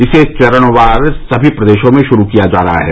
इसे चरणवार सभी प्रदेशों में शुरू किया जा रहा है